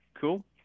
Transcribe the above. Cool